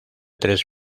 tres